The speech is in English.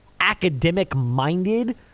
academic-minded